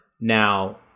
Now